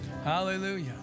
Hallelujah